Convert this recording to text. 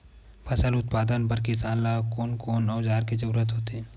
फसल उत्पादन बर किसान ला कोन कोन औजार के जरूरत होथे?